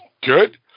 good